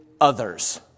others